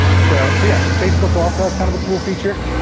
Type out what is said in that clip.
so so yeah, facebook also has kind of a cool feature,